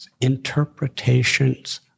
interpretations